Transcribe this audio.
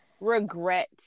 regret